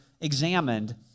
examined